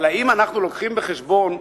אבל האם אנחנו מביאים בחשבון,